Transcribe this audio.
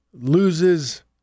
loses